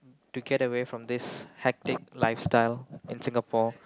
to get away from this hectic lifestyle in Singapore